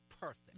perfect